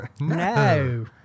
No